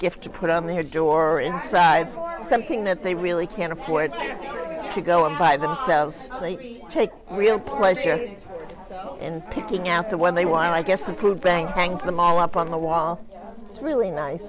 gift to put on their door inside for something that they really can't afford to go and buy but they take real pleasure in picking out the one they want i guess the food bank hangs them all up on the wall it's really nice